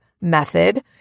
method